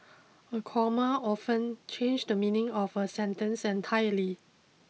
a comma often change the meaning of a sentence entirely